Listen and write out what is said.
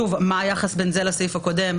שוב, מה היחס בין זה לבין הסעיף הקודם?